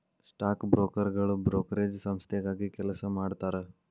stock ಬ್ರೋಕರ್ಗಳು brokerage ಸಂಸ್ಥೆಗಾಗಿ ಕೆಲಸ ಮಾಡತಾರಾ